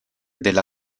della